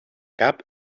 cap